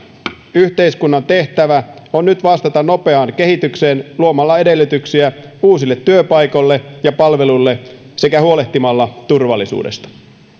yhteiskunnan tehtävä on nyt vastata nopeaan kehitykseen luomalla edellytyksiä uusille työpaikoille ja palveluille sekä huolehtimalla turvallisuudesta